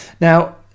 now